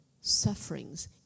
sufferings